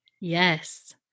Yes